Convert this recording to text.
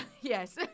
yes